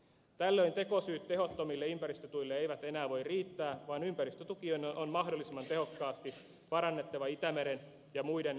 tällöin tekosyyt tehottomille ympäristötuille eivät enää voi riittää vaan ympäristötukien on mahdollisimman tehokkaasti parannettava itämeren ja muiden vesistöjemme tilaa